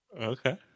okay